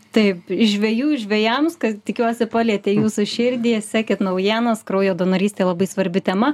taip iš žvejų žvejams kas tikiuosi palietė jūsų širdį sekit naujienas kraujo donorystė labai svarbi tema